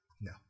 no